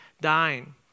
dying